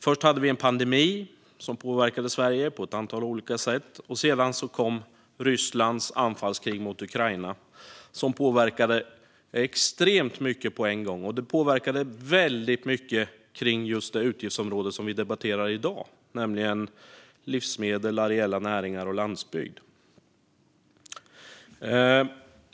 Först kom en pandemi som påverkade Sverige på ett antal olika sätt och sedan kom Rysslands anfallskrig mot Ukraina som omedelbart påverkade oss extremt mycket. Det utgiftsområde som vi debatterar i dag, nämligen livsmedel, areella näringar och landsbygd, påverkades väldigt mycket.